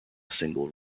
single